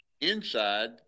inside